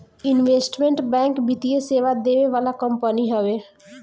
investment bank वित्तीय सेवा देवे वाला कंपनी हवे